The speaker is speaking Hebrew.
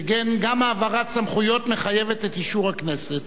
שכן גם העברת סמכויות מחייבת את אישור הכנסת.